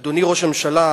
אדוני ראש הממשלה,